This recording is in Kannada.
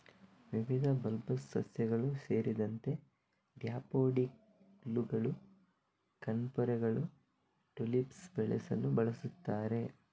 ವಿವಿಧ ಬಲ್ಬಸ್ ಸಸ್ಯಗಳು ಸೇರಿದಂತೆ ಡ್ಯಾಫೋಡಿಲ್ಲುಗಳು, ಕಣ್ಪೊರೆಗಳು, ಟುಲಿಪ್ಸ್ ಬೆಳೆಸಲು ಬಳಸುತ್ತಾರೆ